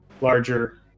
larger